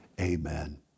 amen